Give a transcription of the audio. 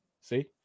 See